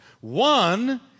One